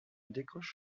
décroche